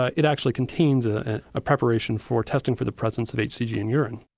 it actually contains a and ah preparation for testing for the presence of hcg in urine.